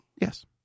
Yes